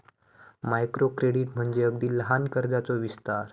micro credit म्हणजे अगदी लहान कर्जाचो विस्तार